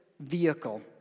vehicle